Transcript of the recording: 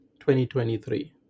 2023